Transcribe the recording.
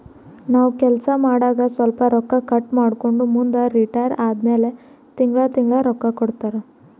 ನಾವ್ ಕೆಲ್ಸಾ ಮಾಡಾಗ ಸ್ವಲ್ಪ ರೊಕ್ಕಾ ಕಟ್ ಮಾಡ್ಕೊಂಡು ಮುಂದ ರಿಟೈರ್ ಆದಮ್ಯಾಲ ತಿಂಗಳಾ ತಿಂಗಳಾ ರೊಕ್ಕಾ ಕೊಡ್ತಾರ